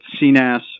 CNAS